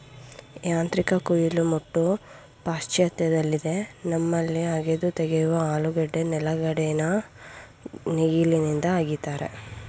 ಯಾಂತ್ರಿಕ ಕುಯಿಲು ಮುಟ್ಟು ಪಾಶ್ಚಾತ್ಯದಲ್ಲಿದೆ ನಮ್ಮಲ್ಲಿ ಅಗೆದು ತೆಗೆಯುವ ಆಲೂಗೆಡ್ಡೆ ನೆಲೆಗಡಲೆನ ನೇಗಿಲಿಂದ ಅಗಿತಾರೆ